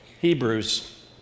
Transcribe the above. Hebrews